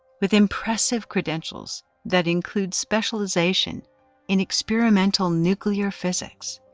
with impressive credentials that include specialization in experimental nuclear physics,